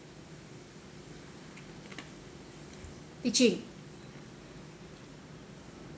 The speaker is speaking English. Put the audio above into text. li ching